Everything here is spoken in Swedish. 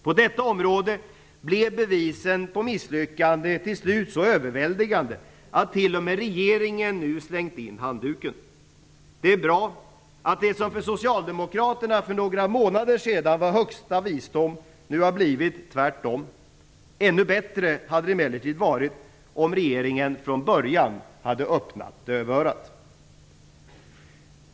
På detta område blev bevisen för misslyckande till slut så överväldigande att t.o.m. regeringen nu har kastat in handduken. Det är bra att det som för Socialdemokraterna för några månader sedan var högsta visdom nu har blivit tvärtom. Ännu bättre hade det emellertid varit om regeringen från början hade "öppnat dövörat".